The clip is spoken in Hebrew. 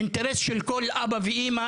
אינטרס של כל אבא ואמא,